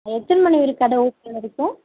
எத்தனை மணி வரைக்கும் கடை ஓப்பனில் இருக்கும்